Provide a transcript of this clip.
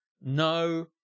No